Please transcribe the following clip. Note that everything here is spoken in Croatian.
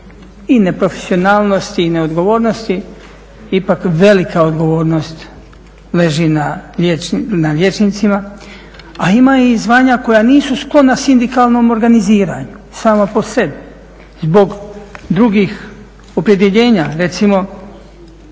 i neprofesionalnosti i neodgovornosti, ipak velika odgovornost leži na liječnicima, a ima i zvanja koja nisu sklona sindikalnom organiziranju sama po sebi. Zbog drugih opredjeljenja recimo